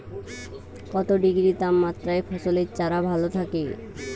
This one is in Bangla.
কত ডিগ্রি তাপমাত্রায় ফসলের চারা ভালো থাকে?